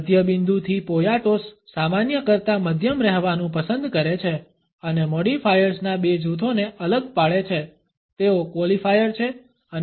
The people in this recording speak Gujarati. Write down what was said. મધ્ય બિંદુથી પોયાટોસ સામાન્ય કરતાં મધ્યમ રહેવાનું પસંદ કરે છે અને મોડિફાયર્સના બે જૂથોને અલગ પાડે છે તેઓ ક્વોલિફાયર છે અને